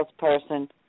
salesperson